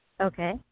Okay